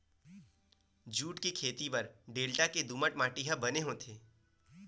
jute के खेती बर डेल्टा के दुमट माटी ह बने होथे